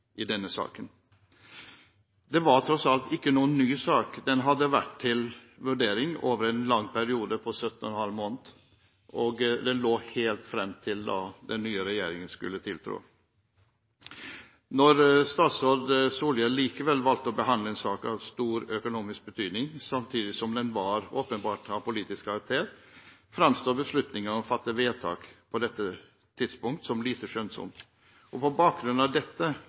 i denne saken. Det var tross alt ikke en ny sak. Den hadde vært til vurdering over en lang periode, 17,5 måneder, og den var til behandling helt fram til den nye regjeringen skulle tiltrå. Når statsråd Solhjell likevel valgte å behandle en slik sak, som er av stor økonomisk betydning, samtidig som den åpenbart var av politisk karakter, framstår beslutningen om å fatte vedtak på dette tidspunktet som lite skjønnsom. På bakgrunn av dette